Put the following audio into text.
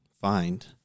find